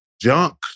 junk